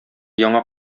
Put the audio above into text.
яңа